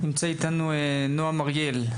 נמצא איתנו נועם אריאל.